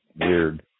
weird